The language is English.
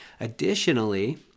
Additionally